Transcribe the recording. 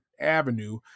avenue